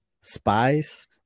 spies